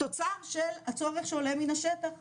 תוצר של הצורך שעולה מן השטח.